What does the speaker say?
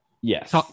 Yes